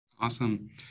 Awesome